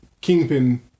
Kingpin